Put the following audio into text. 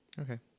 Okay